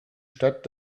stadt